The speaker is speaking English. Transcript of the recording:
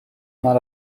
not